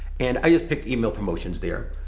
and i just picked email promotions there.